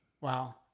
Wow